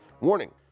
Warning